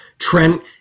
Trent